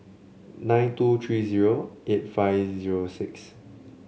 nine two three zero eight five zero six